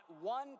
one